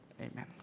Amen